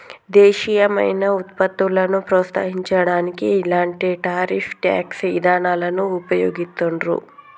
దేశీయమైన వుత్పత్తులను ప్రోత్సహించడానికి ఇలాంటి టారిఫ్ ట్యేక్స్ ఇదానాలను వుపయోగిత్తండ్రు